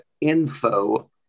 info